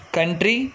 Country